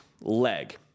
leg